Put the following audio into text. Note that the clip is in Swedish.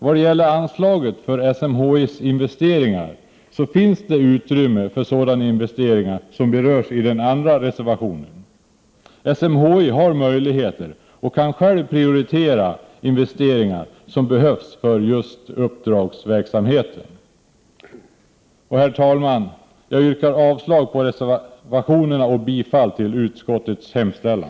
Vad gäller anslaget för SMHI:s investeringar finns utrymme för sådana investeringar som berörs i den andra reservationen. SMHI har möjlighet att och kan själv prioritera de investeringar som behövs för uppdragsverksamhet. Herr talman! Jag yrkar avslag på reservationerna och bifall till utskottets hemställan.